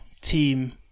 team